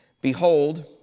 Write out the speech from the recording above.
Behold